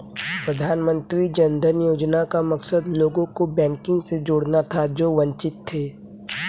प्रधानमंत्री जन धन योजना का मकसद लोगों को बैंकिंग से जोड़ना था जो वंचित थे